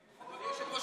היושב-ראש,